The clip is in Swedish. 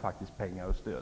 faktiskt behöver pengar och stöd.